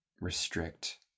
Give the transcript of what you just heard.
restrict